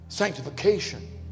sanctification